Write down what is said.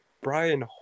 Brian